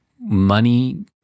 money